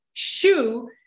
shoe